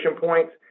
points